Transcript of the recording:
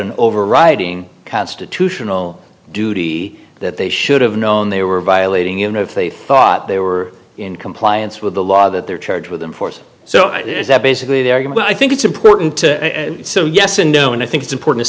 an overriding constitutional duty that they should have known they were violating in if they thought they were in compliance with the law that they're charged with imports so is that basically the argument i think it's important to so yes and no and i think it's important to